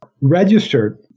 registered